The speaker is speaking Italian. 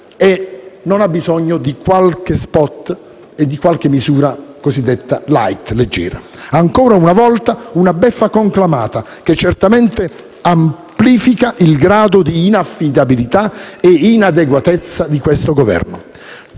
e non ha bisogno di qualche *spot* e di qualche misura cosiddetta *light* (leggera). Ancora una volta una beffa conclamata, che certamente amplifica il grado di inaffidabilità e inadeguatezza di questo Governo.